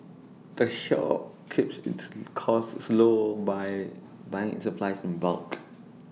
the shop keeps its costs low by buying its supplies in bulk